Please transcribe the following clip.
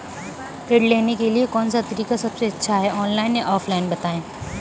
ऋण लेने के लिए कौन सा तरीका सबसे अच्छा है ऑनलाइन या ऑफलाइन बताएँ?